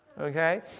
Okay